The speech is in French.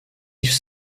yves